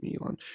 Elon